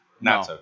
no